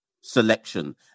selection